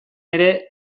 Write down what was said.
ere